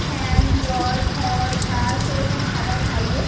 fan জল খড় ঘাস সেরকম খাবার খাইয়ে